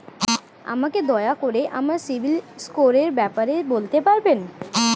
আমাকে দয়া করে আমার সিবিল স্কোরের ব্যাপারে বলতে পারবেন?